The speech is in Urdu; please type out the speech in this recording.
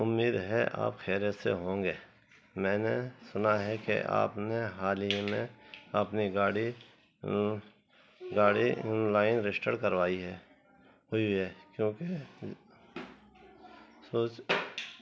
امید ہے آپ خیریت سے ہوں گے میں نے سنا ہے کہ آپ نے حال ہی میں اپنی گاڑی گاڑی لائن رجسٹر کروائی ہے ہوئی ہے کیونکہ سوچ